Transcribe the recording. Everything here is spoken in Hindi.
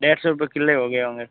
डेढ़ सौ रुपए किलो हो गए होंगे